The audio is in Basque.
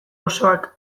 osoak